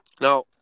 Now